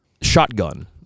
shotgun